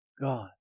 God